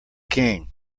king